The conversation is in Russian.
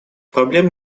проблем